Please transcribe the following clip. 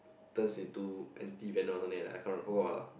turns into anti venom or something like that I can't remember forgot what lah